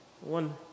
One